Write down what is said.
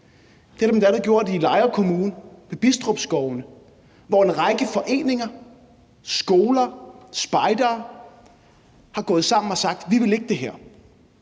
Det har man bl.a. haft i Lejre Kommune med Bidstrup Skovene, hvor en række foreninger, skoler og spejdere er gået sammen og har sagt: Vi vil ikke det her.